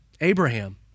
Abraham